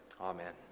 Amen